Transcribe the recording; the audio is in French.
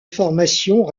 formations